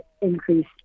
increase